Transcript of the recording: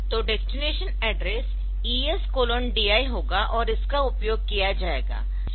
to destination address ES DI होगा और इसका उपयोग किया जाएगा